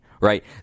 Right